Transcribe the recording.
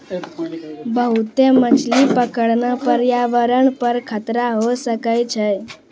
बहुते मछली पकड़ना प्रयावरण पर खतरा होय सकै छै